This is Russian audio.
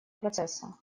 процесса